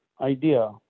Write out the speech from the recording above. idea